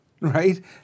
right